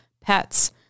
pets